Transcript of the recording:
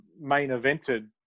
main-evented